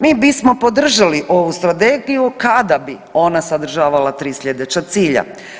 Mi bismo podržali ovu Strategiju kada bi ona sadržavala 3 sljedeća cilja.